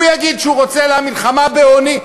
הוא יגיד שהוא רוצה למלחמה בעוני,